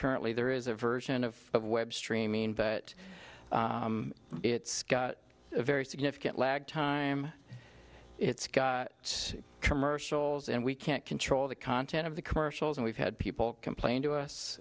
currently there is a version of what web streaming but it's got a very significant lag time it's got its commercials and we can't control the content of the commercials and we've had people complain to us